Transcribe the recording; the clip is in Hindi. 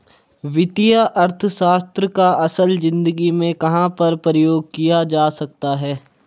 वित्तीय अर्थशास्त्र का असल ज़िंदगी में कहाँ पर प्रयोग किया जा सकता है?